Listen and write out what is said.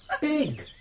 Big